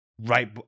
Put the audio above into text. right